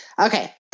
Okay